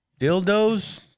dildos